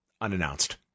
unannounced